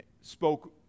spoke